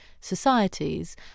societies